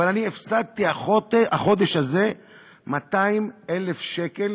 אבל אני הפסדתי החודש הזה 200,000 שקל